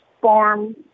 farm